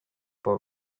for